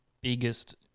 biggest